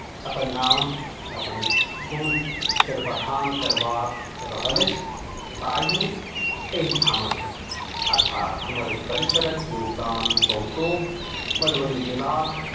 अपन नाम अपन गुणकेर बखान करबा रहल अछि ताहिमे एहिठामक आशार्थ हमर परिश्रम योगदान बहुतो मधुबनी जिलाक